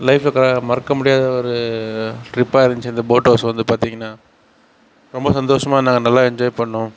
லைஃப்பில் கா மறக்க முடியாத ஒரு ட்ரிப்பாக இருந்துச்சி இந்த போட் ஹவுஸ் வந்து பார்த்தீங்கன்னா ரொம்ப சந்தோஷமாக நாங்கள் நல்லா என்ஜாய் பண்ணோம்